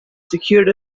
secured